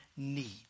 need